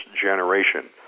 generation